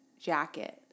jacket